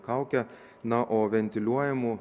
kauke na o ventiliuojamų